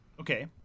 Okay